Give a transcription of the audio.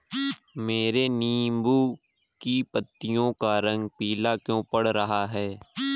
मेरे नींबू की पत्तियों का रंग पीला क्यो पड़ रहा है?